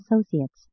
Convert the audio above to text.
associates